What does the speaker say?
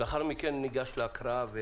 לאחר מכן ניגש להקראה.